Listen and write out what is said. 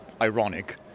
ironic